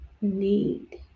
need